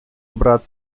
брат